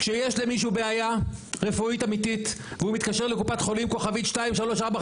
כשיש למישהו בעיה רפואית אמיתית והוא מתקשר לקופת חולים כוכבית 2345,